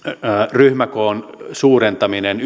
ryhmäkoon suurentaminen